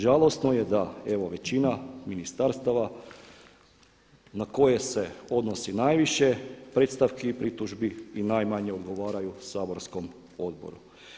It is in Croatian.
Žalosno je da evo većina ministarstava na koje se odnosi najviše predstavki i pritužbi i najmanje odgovaraju saborskom odboru.